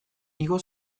igo